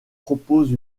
propose